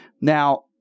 Now